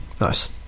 Nice